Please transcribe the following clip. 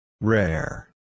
Rare